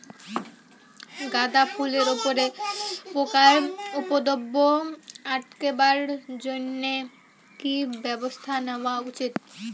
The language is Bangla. গাঁদা ফুলের উপরে পোকার উপদ্রব আটকেবার জইন্যে কি ব্যবস্থা নেওয়া উচিৎ?